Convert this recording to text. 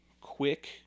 quick